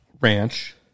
ranch